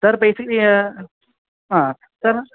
sir basically ആ ആ sir